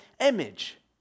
image